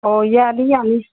ꯑꯣ ꯌꯥꯅꯤ ꯌꯥꯅꯤ